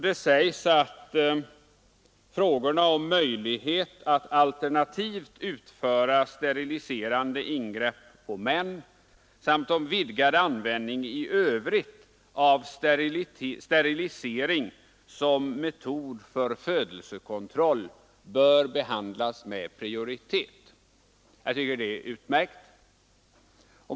Det sägs att frågorna om möjlighet att alternativt utföra steriliserande ingrepp på män samt om vidgad användning av sterilisering som metod för födelsekontroll bör behandlas med prioritet. Jag tycker att detta är utmärkt.